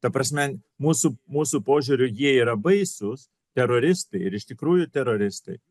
ta prasme mūsų mūsų požiūriu jie yra baisūs teroristai ir iš tikrųjų teroristai